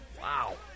wow